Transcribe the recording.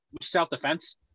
self-defense